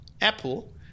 Apple